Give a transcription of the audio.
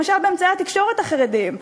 למשל באמצעי התקשורת החרדיים,